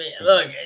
look